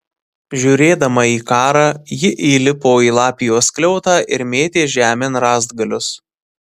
žiūrėdama į karą ji įlipo į lapijos skliautą ir mėtė žemėn rąstgalius